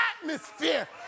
atmosphere